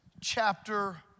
chapter